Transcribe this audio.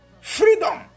Freedom